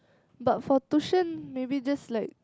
but for tuition maybe just like